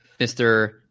Mr